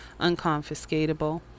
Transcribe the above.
unconfiscatable